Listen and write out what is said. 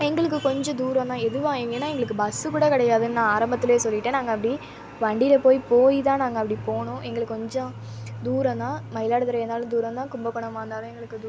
எங்களுக்கு கொஞ்சம் தூரம் தான் எதுவாக எங்கேன்னா எங்களுக்கு பஸ்ஸு கூட கிடையாதுன்னு நான் ஆரம்பத்திலையே சொல்லிவிட்டேன் நாங்கள் அப்படி வண்டியில் போய் போய் தான் நாங்கள் அப்படி போனோம் எங்களுக்கு கொஞ்சம் தூரம் தான் மயிலாடுதுறையாக இருந்தாலும் தூரம் தான் கும்பகோணமாக இருந்தாலும் எங்களுக்கு தூரம் தான்